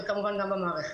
וכמובן שגם במערכת.